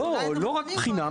לא רק בחינה.